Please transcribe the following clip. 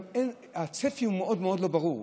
גם הצפי הוא מאוד מאוד לא ברור.